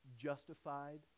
justified